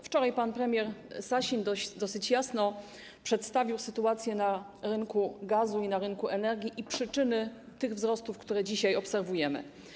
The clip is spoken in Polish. Wczoraj pan premier Sasin dosyć jasno przedstawił sytuację na rynku gazu, na rynku energii i przyczyny tych wzrostów, które dzisiaj obserwujemy.